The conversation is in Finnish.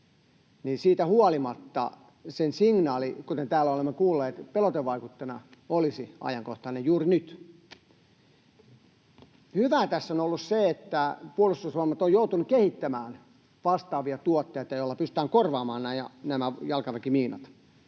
siitä huolimatta sen signaali — kuten täällä olemme kuulleet — pelotevaikutteena olisi ajankohtainen juuri nyt. Hyvää tässä on ollut se, että Puolustusvoimat on joutunut kehittämään vastaavia tuotteita, joilla pystytään korvaamaan jalkaväkimiinat,